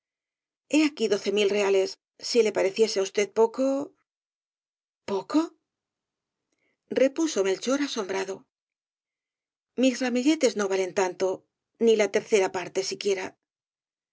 he aquí doce mil reales si le pareciese á usted poco poco repuso melchor asombrado mis ramilletes no valen tanto ni la tercera parte siquiera